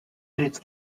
his